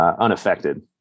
unaffected